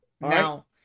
Now